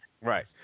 Right